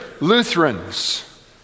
Lutherans